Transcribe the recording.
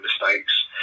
mistakes